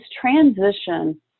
transition